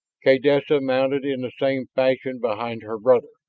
kaydessa mounted in the same fashion behind her brother.